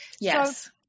Yes